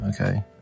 Okay